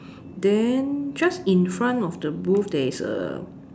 then just in front of the booth there is a